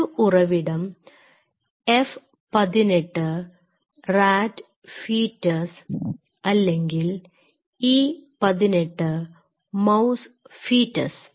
ഒരു ഉറവിടം F 18 rat foetus അല്ലെങ്കിൽ E 18 മൌസ് ഫീറ്റസ്